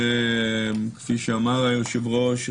וכפי שאמר היושב-ראש,